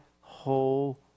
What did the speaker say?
whole